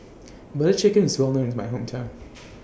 Butter Chicken IS Well known in My Hometown